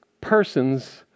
persons